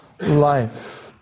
life